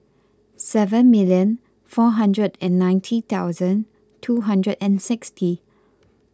seven million four hundred and ninety thousand two hundred and sixty